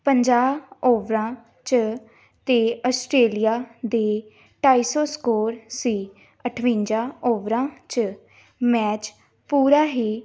ਪੰਜਾਹ ਓਵਰਾਂ 'ਚ ਤਾਂ ਆਸਟਰੇਲੀਆ ਦੇ ਢਾਈ ਸੌ ਸਕੋਰ ਸੀ ਅਠਵੰਜਾ ਓਵਰਾਂ 'ਚ ਮੈਚ ਪੂਰਾ ਹੀ